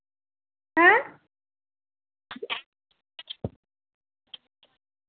हैं